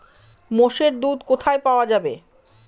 মোষের দুধ কোথায় পাওয়া যাবে?